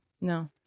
No